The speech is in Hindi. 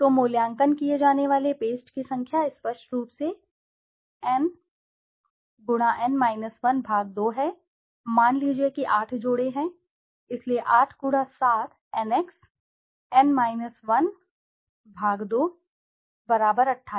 तो मूल्यांकन किए जाने वाले पेस्ट की संख्या स्पष्ट रूप से n 2 है मान लीजिए कि 8 जोड़े हैं इसलिए 8 x 7 nx n 12 28